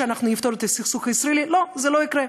אחרי שנפתור את הסכסוך הישראלי, לא, זה לא יקרה.